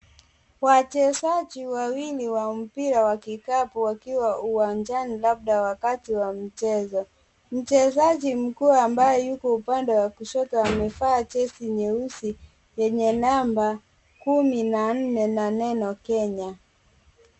Wachezaji wawili wa mpira wa kikapu wakiwa uwanjani labda wakati wa mchezo. Mchezaji mkuu ambaye yuko upande wa kushoto amevaa jezi nyeusi yenye namba kumi na nne na neno Kenya.